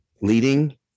leading